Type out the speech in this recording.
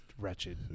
wretched